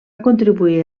contribuir